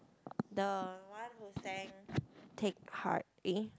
the one who sang Take Heart eh